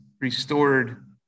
restored